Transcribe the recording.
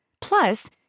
Plus